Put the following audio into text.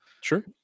Sure